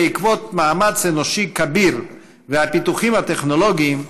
בעקבות מאמץ אנושי כביר והפיתוחים הטכנולוגיים,